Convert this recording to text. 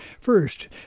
First